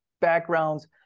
backgrounds